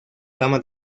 ama